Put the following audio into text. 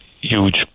huge